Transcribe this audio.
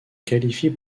qualifie